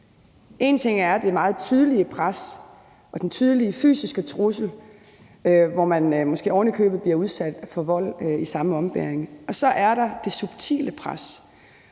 Én ting er det meget tydelige pres og den tydelige fysiske trussel, hvor man måske ovenikøbet bliver udsat for vold i samme ombæring. En anden ting er det subtile pres,